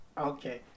Okay